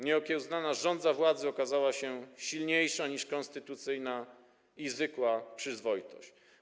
Nieokiełznana żądza władzy okazała się silniejsza niż konstytucyjna i zwykła przyzwoitość.